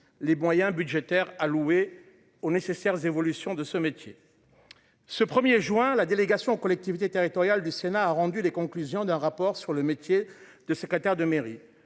les moyens budgétaires alloués aux nécessaire évolution de ce métier. Ce 1er juin la délégation aux collectivités territoriales du Sénat a rendu des conclusions d'un rapport sur le métier de secrétaire de mairie.